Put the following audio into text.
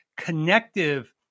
connective